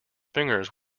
fingers